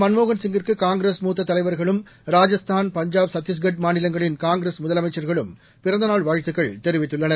மன்மோகன்சிங்கிற்கு காஙகிரஸ் மூத்த தலைவர்களும் ராஜஸ்தான் பஞ்சாப் சத்திஷ்கர் மாநிலங்களின் காங்கிரஸ் முதலமைச்சர்களும் பிறந்த நாள் வாழ்த்துக்கள் தெரிவித்துள்ளனர்